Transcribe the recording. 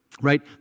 right